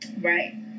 Right